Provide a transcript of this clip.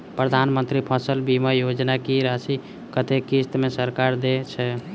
प्रधानमंत्री फसल बीमा योजना की राशि कत्ते किस्त मे सरकार देय छै?